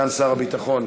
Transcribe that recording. סגן שר הביטחון.